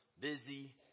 busy